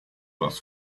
was